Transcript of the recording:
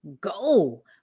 Go